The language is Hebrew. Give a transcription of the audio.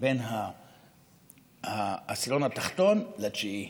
בין העשירון התחתון לתשיעי?